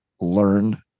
learn